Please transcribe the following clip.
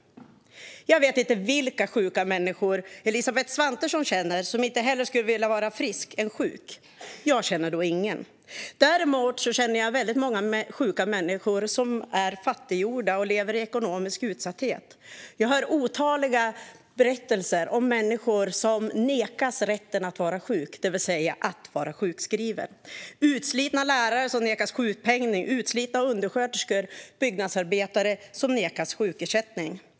Jag vet inte vilka sjuka människor Elisabeth Svantesson känner som inte hellre skulle vilja vara friska än sjuka. Jag känner då ingen. Däremot känner jag många sjuka människor som är fattiggjorda och som lever i ekonomisk utsatthet. Jag hör otaliga berättelser om människor som nekas rätten att vara sjuk, det vill säga vara sjukskriven. Utslitna lärare nekas sjukpenning, och utslitna undersköterskor och byggnadsarbetare nekas sjukersättning.